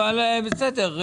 אבל בסדר,